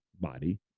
body